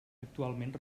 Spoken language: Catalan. actualment